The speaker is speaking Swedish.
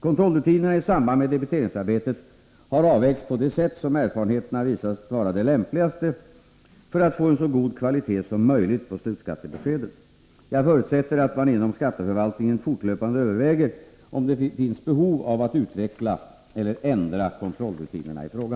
Kontrollrutinerna i samband med debiteringsarbetet har avvägts på det sätt som erfarenheterna visat vara det lämpligaste för att få en så god kvalitet som möjligt på slutskattebeskeden. Jag förutsätter att man inom skatteförvaltningen fortlöpande överväger om det finns behov av att utveckla eller ändra kontrollrutinerna i fråga.